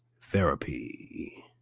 therapy